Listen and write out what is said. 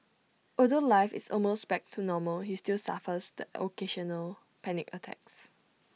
although life is almost back to normal he still suffers the occasional panic attacks